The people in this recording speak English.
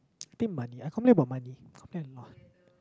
I think money I complain about money i complain a lot